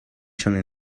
schon